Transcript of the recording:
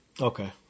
Okay